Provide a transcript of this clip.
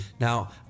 Now